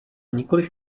nikoli